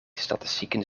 statistieken